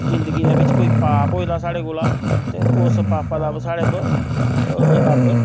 जिंदगी दे बिच कोई पाप होए दा स्हाड़े कोला ते उस पापा दा स्हाड़े पर रब्ब